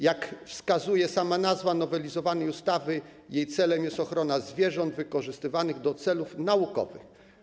Jak wskazuje sama nazwa nowelizowanej ustawy, jej celem jest ochrona zwierząt wykorzystywanych do celów naukowych.